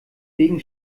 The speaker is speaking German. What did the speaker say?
wegen